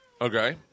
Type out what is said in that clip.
Okay